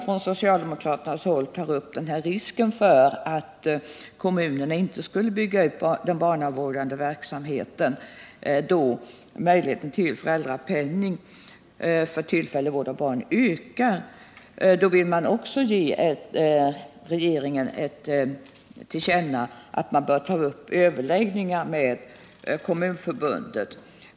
Från socialdemokratiskt håll menar man att det finns risk för att kommunerna inte bygger ut barnvårdarverksamheten, då möjlighet till föräldrapenning för tillfällig vård av barn ökar, och vill ge regeringen till känna att överläggningar bör tas upp med Kommunförbundet.